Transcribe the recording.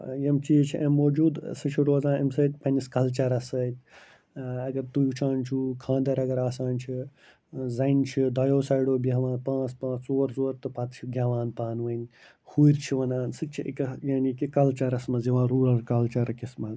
یِم چیٖز چھِ امۍ موٗجوٗد سُہ چھُ روزان ایٚمۍ سۭتۍ پنٛنِس کَلچَرَس سۭتۍ اَگر تُہۍ وٕچھان چھُو خانٛدَر اَگر آسان چھِ زَنۍ چھِ دۄیو سایڈو بہوان پانٛژھ پانٛژھ ژور ژور تہٕ پَتہٕ چھِ گٮ۪وان پانہٕ ؤنۍ ہُرۍ چھِ وَنان سُہ تہِ چھِ یعنی کہِ کَلچَرَس منٛز یِوان روٗلَر کَلچَر کِس منٛز